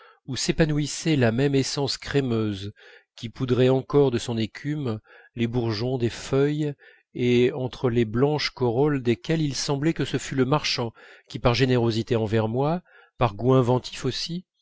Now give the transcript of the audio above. où s'épanouissait la même essence crémeuse qui poudrait encore de son écume les bourgeons des feuilles et entre les blanches corolles desquelles il semblait que ce fût le marchand qui par générosité envers moi par goût inventif aussi